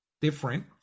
different